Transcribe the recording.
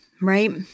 right